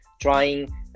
trying